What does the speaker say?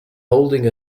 holding